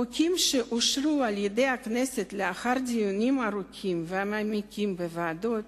חוקים שאושרו על-ידי הכנסת לאחר דיונים ארוכים ומעמיקים בוועדות